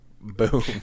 Boom